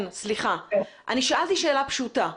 אני שאלתי שאלה פשוטה.